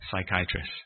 Psychiatrist